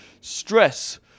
stress